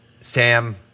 Sam